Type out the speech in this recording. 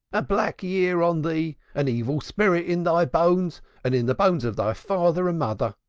a black year on thee! an evil spirit in thy bones and in the bones of thy father and mother.